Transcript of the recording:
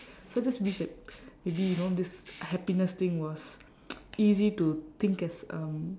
so I just wish that maybe you know this happiness thing was easy to think as um